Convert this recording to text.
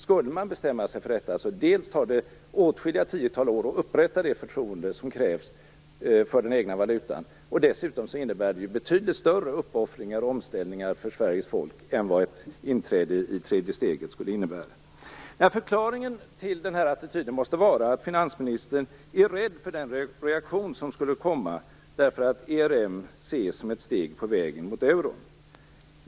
Skulle man bestämma sig för detta tar det först och främst åtskilliga tiotal år att upprätta det förtroende som krävs för den egna valutan, och dessutom innebär det betydligt större uppoffringar och omställningar för Sveriges folk än vad ett inträde i tredje steget skulle göra. Förklaringen till den här attityden måste vara att finansministern är rädd för den reaktion som skulle komma på grund av att ERM ses som ett steg på vägen mot euron.